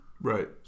Right